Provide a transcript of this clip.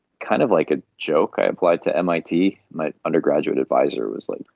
kind of like a joke, i applied to mit. my undergraduate advisor was like,